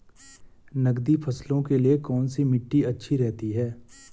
नकदी फसलों के लिए कौन सी मिट्टी अच्छी रहती है?